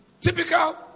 Typical